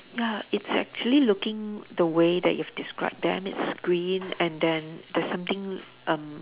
ya it's actually looking the way that you've described them it's green and then there's something um